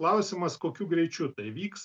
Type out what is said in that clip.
klausimas kokiu greičiu tai vyks